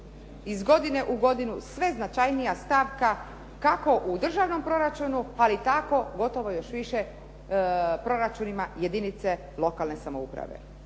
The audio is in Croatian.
iz godine u godinu sve značajnija stavka kako u državnom proračunu, ali tako gotovo još više proračunima jedinice lokalne samouprave.